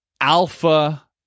Alpha